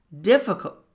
difficult